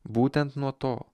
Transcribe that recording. būtent nuo to